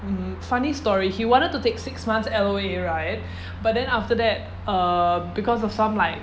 ye~ funny story he wanted to take six months L_O_A right but then after that uh because of some like